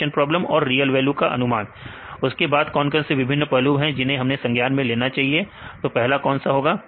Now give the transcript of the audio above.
classification problem और real value का अनुमान उसके बाद कौन कौन से विभिन्न पहलू हैं जिन्हें आप को संज्ञान में लेना चाहिए तो पहला कौन सा होगा